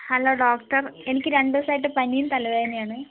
hello doctor എനിക്ക് രണ്ടു ദിവസമായിട്ട് പനിയും തലവേദനയുമാണ്